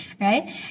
right